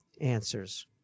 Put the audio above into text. answers